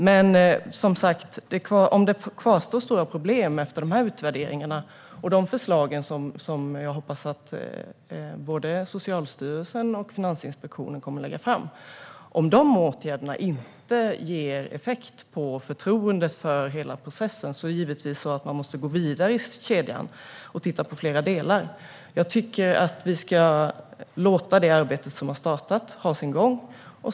Men om det kvarstår stora problem efter dessa utvärderingar och de förslag som jag hoppas att både Socialstyrelsen och Finansinspektionen kommer att lägga fram - om dessa åtgärder inte ger effekt på förtroendet för hela processen - måste man givetvis gå vidare i kedjan och titta på fler delar. Jag tycker att vi ska låta det arbete som har startat ha sin gång.